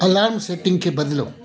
अलाम setting खे बदिलो